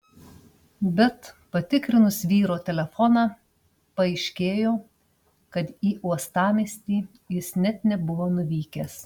bet patikrinus vyro telefoną paaiškėjo kad į uostamiestį jis net nebuvo nuvykęs